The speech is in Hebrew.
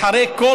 אחרי כל